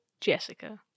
Jessica